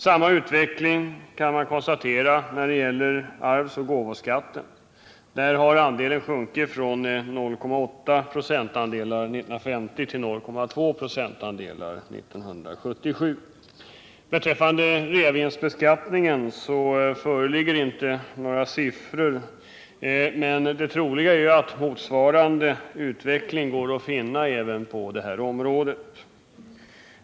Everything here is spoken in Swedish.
Samma utveckling kan konstateras när det gäller arvsoch gåvoskatten. Där har andelen sjunkit från 0,8 96 1950 till 0,2 26 1977. Beträffande reavinstbeskattningen föreligger inte några siffror, men det troliga är att motsvarande utveckling går att finna även på det området.